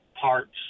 parts